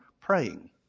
Praying